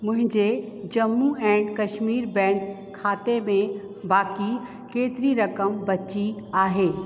मुंहिंजे Jammu and Kashmir bank खाते में बाक़ी केतिरी रक़म बची आहे